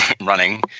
running